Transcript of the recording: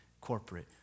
corporate